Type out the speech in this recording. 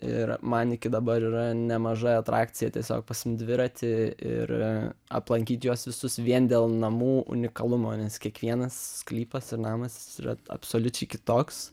ir man iki dabar yra nemaža atrakcija tiesiog pasiimt dviratį ir aplankyt juos visus vien dėl namų unikalumo nes kiekvienas sklypas ir namas jis yra absoliučiai kitoks